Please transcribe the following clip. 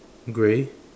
grey